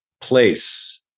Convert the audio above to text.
place